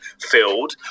filled